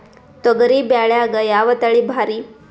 ತೊಗರಿ ಬ್ಯಾಳ್ಯಾಗ ಯಾವ ತಳಿ ಭಾರಿ?